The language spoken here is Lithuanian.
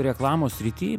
reklamos srity